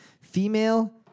female